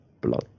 blood